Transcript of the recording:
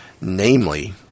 Namely